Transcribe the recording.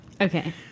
Okay